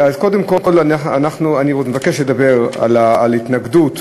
קודם כול, אני מבקש לדבר על ההתנגדות